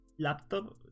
laptop